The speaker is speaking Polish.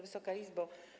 Wysoka Izbo!